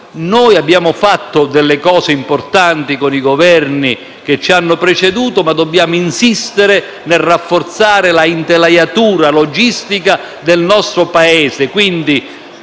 Noi abbiamo fatto delle cose importanti con i Governi che ci hanno preceduto, ma dobbiamo insistere nel rafforzare l'intelaiatura logistica del nostro Paese,